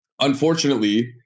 Unfortunately